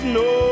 no